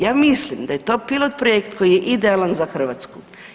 Ja mislim da je to pilot-projekt koji je idealan za Hrvatsku.